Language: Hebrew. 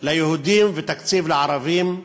ליהודים ותקציב לערבים,